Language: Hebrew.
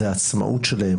זה העצמאות שלהם,